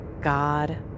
God